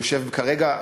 יושב כרגע,